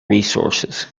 resources